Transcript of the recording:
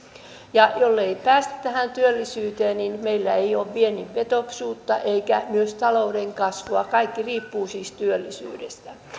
ja jollei työllisyyteen päästä niin meillä ei ole viennin vetoisuutta eikä myöskään talouden kasvua kaikki riippuu siis työllisyydestä